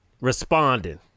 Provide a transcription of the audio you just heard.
responding